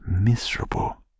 miserable